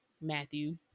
Matthew